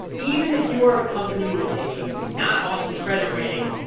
even if you are a company with a not-awesome credit rating,